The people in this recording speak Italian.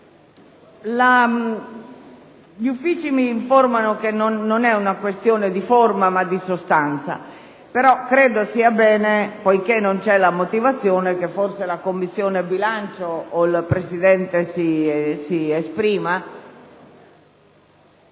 gli Uffici mi informano che non è una questione di forma, ma di sostanza. Credo tuttavia che sia bene, poiché non c'è la motivazione, che la Commissione bilancio o il suo Presidente si esprima